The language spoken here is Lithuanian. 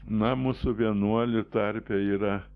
na mūsų vienuolių tarpe yra